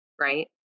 right